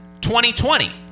2020